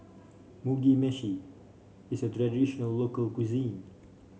Mugi Meshi is a traditional local cuisine